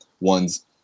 ones